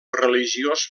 religiós